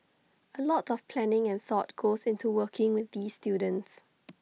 A lot of planning and thought goes into working with these students